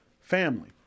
Family